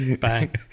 Bang